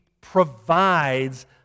provides